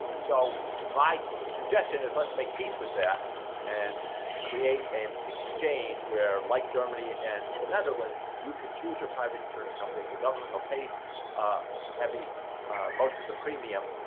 so my suggestion is let's make peace with that and create an exchange where like germany and the netherlands you can choose your private insurance company the government will pay um heavy most of the premium